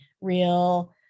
real